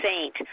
saint